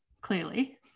clearly